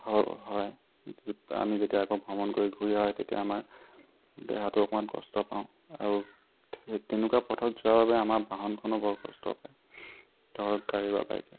হ হয় আমি যেতিয়া আকৌ ভ্ৰমণ কৰি ঘূৰি অহা হয় তেতিয়া আমাৰ দেহাটো অকণমান কষ্ট পাওঁ আৰু সেই তেনেকুৱা পথত যোৱাৰ বাবে আমাৰ বাহনখনেও বৰ কষ্ট পায় ধৰক গাড়ী বা বাইক